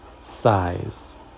Size